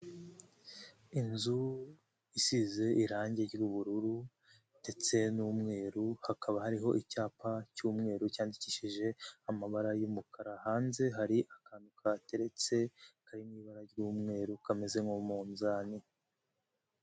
Inzu isize irangi ry'ubururu ndetse n'umweru, hakaba hariho icyapa cy'umweru cyandikishije amabara y'umukara, hanze hari akantu kahateretse, kari mu ibara ry'umweru, kameze nk'umunzani.